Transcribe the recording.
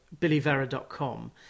billyvera.com